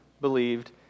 believed